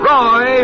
Roy